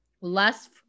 less